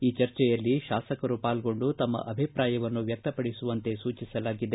ಈ ಚರ್ಚೆಯಲ್ಲಿ ಶಾಸಕರು ಪಾಲ್ಗೊಂಡು ತಮ್ನ ಅಭಿಪ್ರಾಯವನ್ನು ವ್ಯಕ್ತಪಡಿಸುವಂತೆ ಸೂಚಿಸಲಾಗಿದೆ